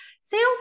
Sales